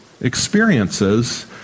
experiences